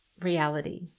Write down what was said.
reality